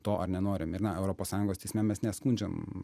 to ar nenorim ir na europos sąjungos teisme mes neskundžiam